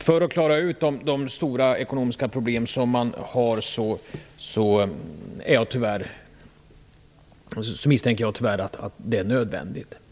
För att klara ut de stora ekonomiska problemen misstänker jag tyvärr att det blir nödvändigt.